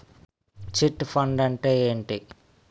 Chit fund అంటే ఏంటి?